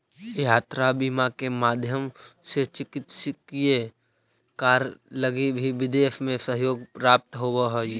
यात्रा बीमा के माध्यम से चिकित्सकीय कार्य लगी भी विदेश में सहयोग प्राप्त होवऽ हइ